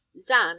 zan